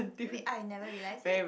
maybe I never realize it